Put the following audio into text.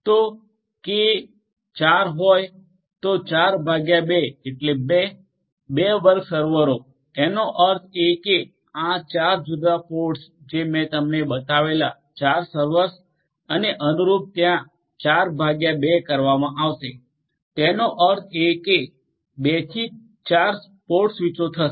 તો kકે 4 હોય તો 4 ભાગ્યા 2 એટલે 2 2 વર્ગ સર્વરો તેનો અર્થ એ કે આ 4 જુદા જુદા પોડસ જે મેં તમને બતાવેલા 4 સર્વર્સ અને અનુરૂપ ત્યાં 4 ભાગ્યા 2 કરવામાં આવશે તેનો અર્થ એ કે 2 થી 4 પોર્ટ સ્વીચો થશે